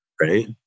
right